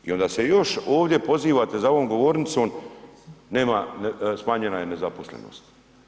I onda se još ovdje pozivate za ovom govornicom smanjena je nezaposlenost.